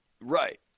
Right